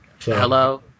Hello